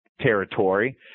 territory